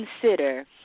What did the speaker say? consider